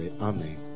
Amen